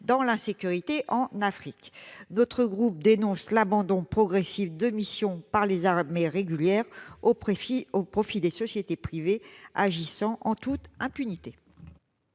dans l'insécurité en Afrique. Notre groupe dénonce l'abandon progressif de missions par les armées régulières au profit de sociétés privées agissant en toute impunité.